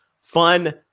fun